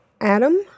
Adam